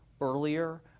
earlier